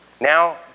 Now